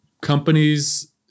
Companies